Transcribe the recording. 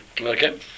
Okay